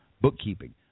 bookkeeping